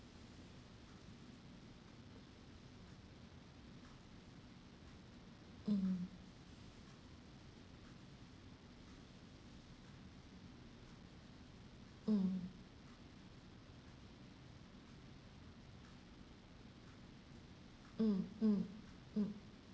mm mm mm mm mm